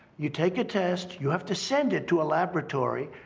you take a test, you have to send it to a laboratory.